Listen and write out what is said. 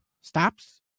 stops